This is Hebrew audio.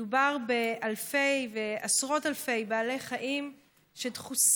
מדובר באלפי ועשרות אלפי בעלי חיים שדחוסים